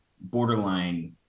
borderline